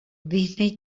disney